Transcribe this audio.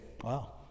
wow